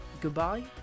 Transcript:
Goodbye